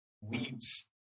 weeds